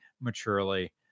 maturely